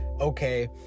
okay